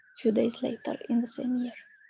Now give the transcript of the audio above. few days later, in the same year.